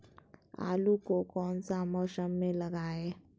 आलू को कौन सा मौसम में लगाए?